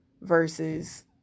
versus